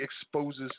exposes